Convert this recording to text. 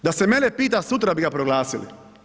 Da se mene pita sutra bi ga proglasili.